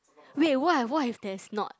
wait what if what if there's not